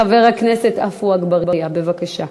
חבר הכנסת עפו אגבאריה, בבקשה.